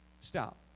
Stop